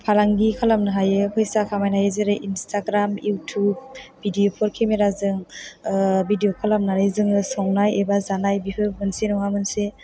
फालांगि खालामनो हायो फैसा खामायनायनि जेरै इनस्टाग्राम युटुब भिदिय'फोर केमेराजों भिदिय' खालामनानै जोङो संनाय एबा जानाय बेफोर मोनसे नङा मोनसे